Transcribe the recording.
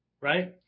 right